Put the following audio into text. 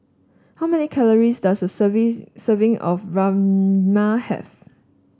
how many calories does a serves serving of Rajma have